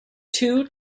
two